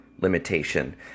limitation